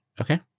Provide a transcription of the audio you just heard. Okay